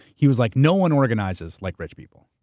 he was like, no one organizes like rich people.